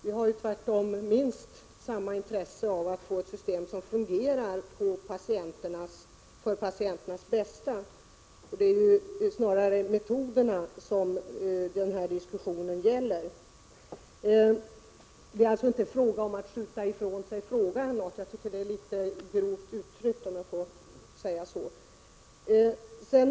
Vi har tvärtom minst samma intresse som reservanterna av att få ett system som fungerar till patienternas bästa. Det är snarare metoderna som denna diskussion gäller. Det handlar alltså inte om att vi skjuter frågan ifrån oss, som Rosa Östh påstod. Det var litet grovt uttryckt av henne.